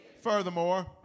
Furthermore